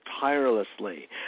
tirelessly